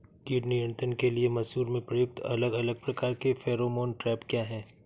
कीट नियंत्रण के लिए मसूर में प्रयुक्त अलग अलग प्रकार के फेरोमोन ट्रैप क्या है?